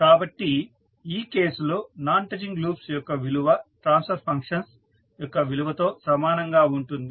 కాబట్టి ఈ కేసు లో నాన్ టచింగ్ లూప్స్ యొక్క విలువ ట్రాన్స్ఫర్ ఫంక్షన్స్ యొక్క విలువతో సమానం గా ఉంటుంది